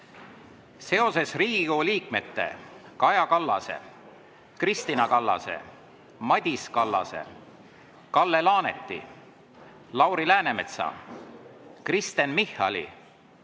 Seoses Riigikogu liikmete Kaja Kallase, Kristina Kallase, Madis Kallase, Kalle Laaneti, Lauri Läänemetsa, Kristen Michali,